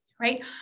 right